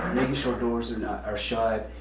making sure doors and are shut,